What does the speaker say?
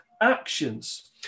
actions